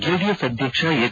JDS ಅಧ್ಯಕ್ಷ ಹೆಚ್